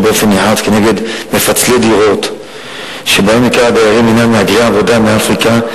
באופן נרחב נגד מפצלי דירות שבהן עיקר הדיירים הם מהגרי עבודה מאפריקה.